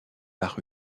par